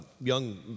young